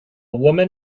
woman